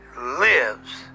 lives